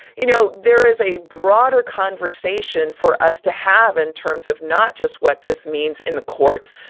you know, there is a broader conversation for us to have in terms of not just what this means in the courts,